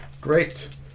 Great